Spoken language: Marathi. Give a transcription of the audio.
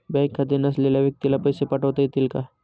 बँक खाते नसलेल्या व्यक्तीला पैसे पाठवता येतील का?